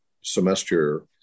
semester